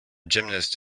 gymnast